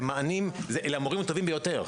אלה המורים הטובים ביותר,